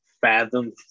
fathom